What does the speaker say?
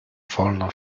wolno